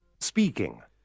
Speaking